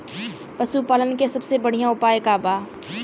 पशु पालन के सबसे बढ़ियां उपाय का बा?